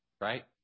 right